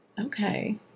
okay